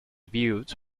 viewed